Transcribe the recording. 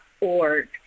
org